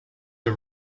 the